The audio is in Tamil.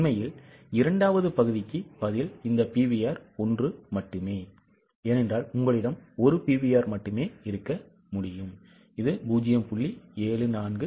உண்மையில் இரண்டாவது பகுதிக்கு பதில் இந்த PVR 1 மட்டுமே ஏனென்றால் உங்களிடம் 1 PVR மட்டுமே இருக்க முடியும் இது 0